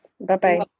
Bye-bye